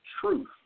truth